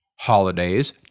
Holidays